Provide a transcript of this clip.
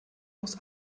aus